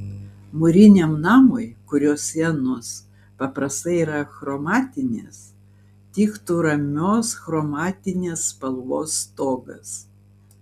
mūriniam namui kurio sienos paprastai yra achromatinės tiktų ramios chromatinės spalvos stogas